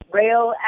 rail